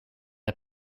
het